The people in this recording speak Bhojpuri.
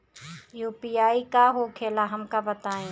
यू.पी.आई का होखेला हमका बताई?